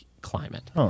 climate